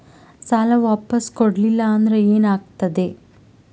ಸಾಲ ವಾಪಸ್ ಕೊಡಲಿಲ್ಲ ಅಂದ್ರ ಏನ ಆಗ್ತದೆ?